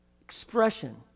expression